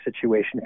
situation